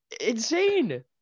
insane